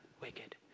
wicked